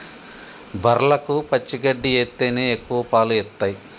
బర్లకు పచ్చి గడ్డి ఎత్తేనే ఎక్కువ పాలు ఇత్తయ్